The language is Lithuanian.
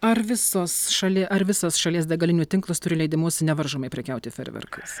ar visos šalie ar visas šalies degalinių tinklas turi leidimus nevaržomai prekiauti fejerverkais